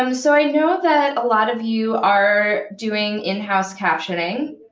um so i know that a lot of you are doing in-house captioning.